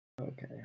okay